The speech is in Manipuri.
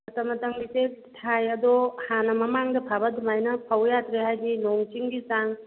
ꯃꯇꯝ ꯃꯇꯝꯒꯤꯁꯦ ꯊꯥꯏ ꯑꯗꯣ ꯍꯥꯟꯅ ꯃꯃꯥꯡꯗ ꯐꯕ ꯑꯗꯨꯃꯥꯏꯅ ꯐꯧ ꯌꯥꯗ꯭ꯔꯦ ꯍꯥꯏꯗꯤ ꯅꯣꯡꯆꯤꯡꯒꯤ ꯆꯥꯡ